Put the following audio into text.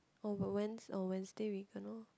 oh but Wednes~ oh Wednesday we cannot